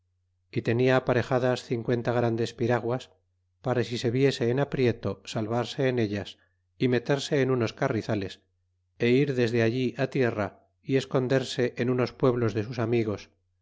y tenia aparejadas cincuenta grandes piraguas para si se viese en aprieto salvarse en ellas y meterse en unos carrizales é ir de le allí á tierra y esconderse en unos pueblos de sus amigos